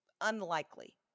unlikely